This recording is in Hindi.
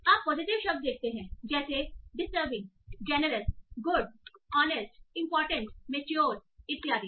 आप पॉजिटिव शब्द देखते हैं जैसे disturbing generous good honest important mature इत्यादि